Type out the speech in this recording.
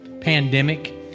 pandemic